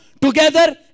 together